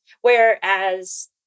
Whereas